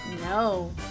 No